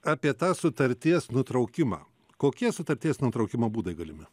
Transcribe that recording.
apie tą sutarties nutraukimą kokie sutarties nutraukimo būdai galimi